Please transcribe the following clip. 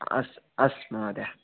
अस्तु असतु महोदय